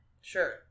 Sure